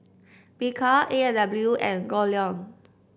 Bika A and W and Goldlion